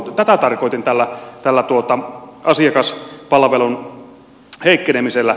tätä tarkoitin tällä asiakaspalvelun heikkenemisellä